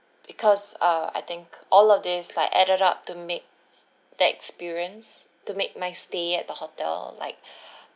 because uh I think all of this like add up to make the experience to make my stay at the hotel like